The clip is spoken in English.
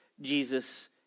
Jesus